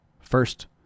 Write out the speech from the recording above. first